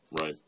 Right